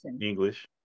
english